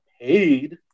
paid